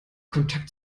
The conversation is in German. kontakt